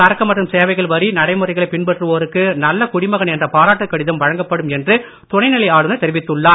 சரக்கு மற்றும் சேவைகள் வரி நடைமுறைகளைப் பின்பற்றுவோருக்கு நல்ல குடிமகன் என்ற பாராட்டுக் கடிதம் வழங்கப்படும் என்று துணைநிலை ஆளுனர் தெரிவித்துள்ளார்